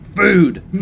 Food